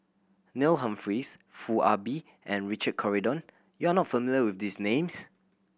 Neil Humphreys Foo Ah Bee and Richard Corridon you are not familiar with these names